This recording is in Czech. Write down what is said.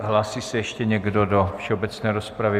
Hlásí se ještě někdo do všeobecné rozpravy?